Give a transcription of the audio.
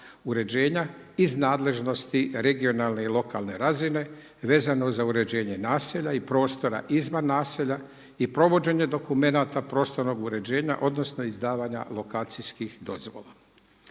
uređenja iz nadležnosti regionalne i lokalne razine, vezano za uređenje naselja i prostora izvan naselja i provođenje dokumenata prostornog uređenja odnosno izdavanja lokacijskih dozvola.